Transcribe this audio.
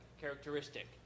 Characteristic